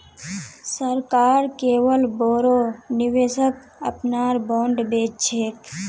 सरकार केवल बोरो निवेशक अपनार बॉन्ड बेच छेक